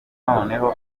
noneho